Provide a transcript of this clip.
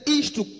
isto